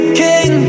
king